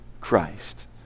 Christ